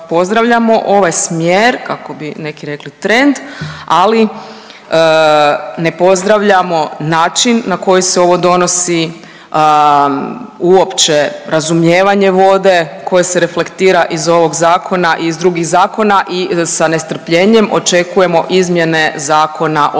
ovaj smjer kako bi neki rekli trend, ali ne pozdravljamo način na koji se ovo donosi, uopće razumijevanje vode koje se reflektira iz ovog zakona i iz drugih zakona i sa nestrpljenjem očekujemo izmjene Zakona o cestama.